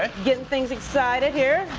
and get and things excited here,